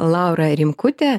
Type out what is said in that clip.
laura rimkutė